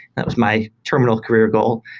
that was my terminal career goal.